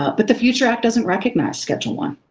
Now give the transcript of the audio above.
ah but the future act doesn't recognize schedule one.